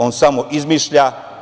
On samo izmišlja.